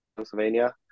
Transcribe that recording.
Pennsylvania